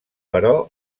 però